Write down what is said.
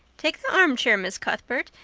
take the armchair, miss cuthbert.